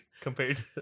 compared